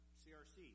crc